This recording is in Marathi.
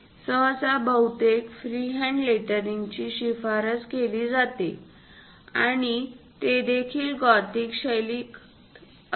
सहसा बहुतेक फ्रीहँड लेटरिंगची शिफारस केली जाते आणि ते देखील गॉथिक शैलीत असते